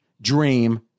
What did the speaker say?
dream